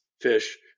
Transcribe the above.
fish